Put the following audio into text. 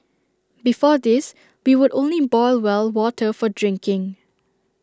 before this we would only boil well water for drinking